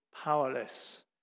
powerless